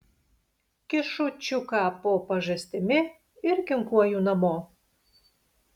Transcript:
kišu čiuką po pažastimi ir kinkuoju namo